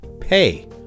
pay